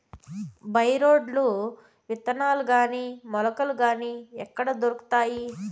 By రోడ్లు విత్తనాలు గాని మొలకలు గాని ఎక్కడ దొరుకుతాయి?